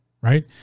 Right